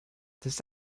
this